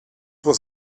was